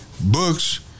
books